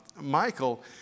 Michael